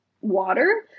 water